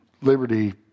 liberty